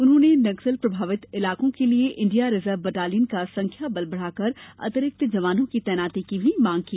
उन्होंने नक्सल प्रभावित इलाकों के लिये इण्डिया रिजर्व बटालियन का संख्या बल बढ़ाकर अतिरिक्त जवानों की तैनाति की भी मांग की